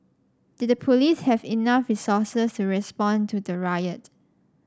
did the police have enough resources to respond to the riot